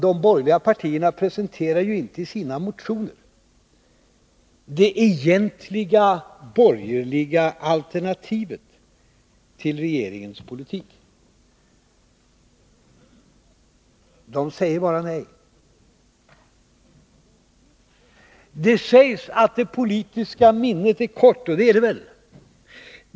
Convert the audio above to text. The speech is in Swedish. De borgerliga partierna presenterar inte i sina motioner det egentliga borgerliga alternativet till regeringens politik. De säger bara nej. Det sägs att det politiska minnet är kort, och det är det väl.